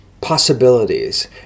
possibilities